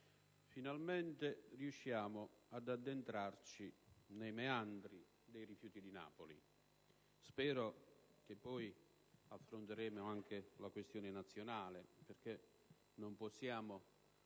finalmente riusciamo ad addentrarci nei meandri dei rifiuti di Napoli. Spero che poi affronteremo anche la questione nazionale, perché non possiamo